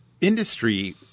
industry